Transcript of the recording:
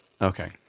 okay